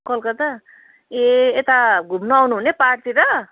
कलकत्ता ए यता घुम्नु आउनु हुने पाहाडतिर